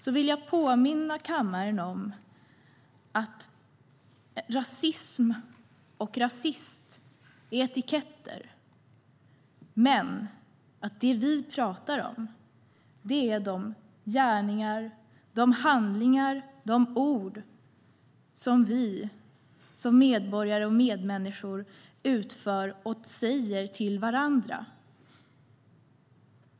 Då vill jag påminna kammaren om att rasism och rasist är etiketter, men det vi pratar om är de gärningar, de handlingar och de ord som vi som medborgare och medmänniskor utför och säger till varandra.